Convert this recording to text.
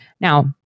Now